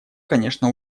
конечно